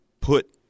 put